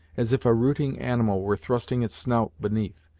as if a rooting animal were thrusting its snout beneath,